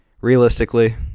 Realistically